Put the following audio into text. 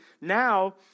now